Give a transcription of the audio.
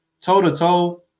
toe-to-toe